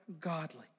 godly